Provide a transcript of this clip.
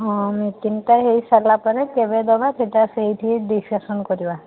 ହଁ ମିଟିଙ୍ଗଟା ହେଇସାରିଲା ପରେ କେବେ ଦେବା ସେଇଟା ସେଇଠି ହିଁ ଡିସିସନ୍ କରିବା